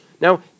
Now